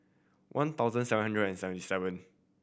one thousand seven hundred and seventy seven